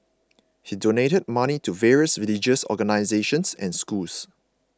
he donated money to various religious organisations and schools